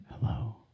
Hello